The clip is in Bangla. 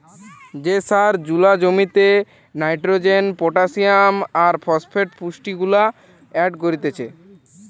যে সার জুলা জমিতে নাইট্রোজেন, পটাসিয়াম আর ফসফেট পুষ্টিগুলা এড করতিছে